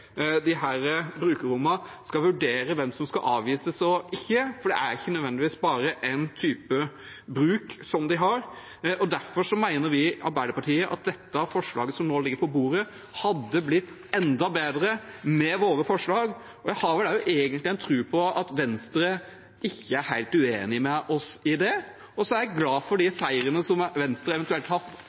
de som jobber ved disse brukerrommene, skal vurdere hvem som skal avvises og ikke, for det er ikke nødvendigvis bare én type bruk de har. Derfor mener vi i Arbeiderpartiet at det forslaget til vedtak som nå ligger på bordet, hadde blitt enda bedre med våre forslag. Jeg har vel egentlig en tro på at Venstre ikke er helt uenig med oss i det. Jeg er glad for de seirene Venstre eventuelt har